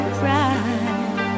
pride